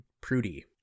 Prudy